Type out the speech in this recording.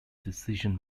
decision